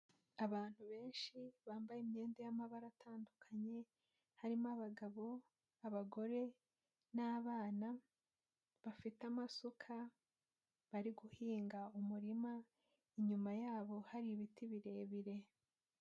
Abantu benshi bambaye imyenda y'amabara atandukanye harimo abagabo, abagore n'abana bafite amasuka bari guhinga umurima, inyuma yabo hari ibiti birebire.